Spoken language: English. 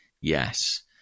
yes